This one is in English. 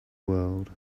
world